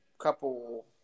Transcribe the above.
couple